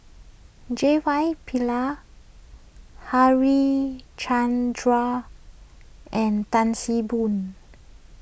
J Y Harichandra and Tan See Boo